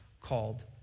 called